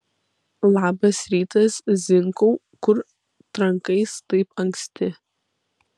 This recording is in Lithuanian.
labas rytas zinkau kur trankais taip anksti